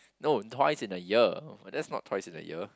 no twice in a year that's not twice in a year